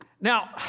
Now